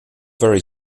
very